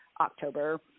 October